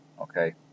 okay